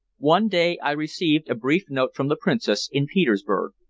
one day i received a brief note from the princess in petersburg,